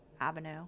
avenue